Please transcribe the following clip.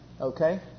Okay